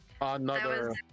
another-